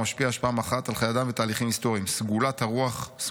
ומשפיע השפעה מכרעת על חיי האדם והתהליכים ההיסטוריים: 'סגולות הרוח